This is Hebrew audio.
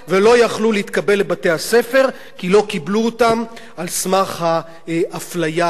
כי לא קיבלו אותן על סמך האפליה המחפירה הזאת.